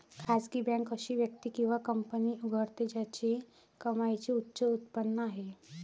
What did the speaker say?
खासगी बँक अशी व्यक्ती किंवा कंपनी उघडते ज्याची कमाईची उच्च उत्पन्न आहे